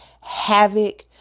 havoc